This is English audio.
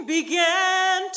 Began